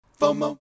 FOMO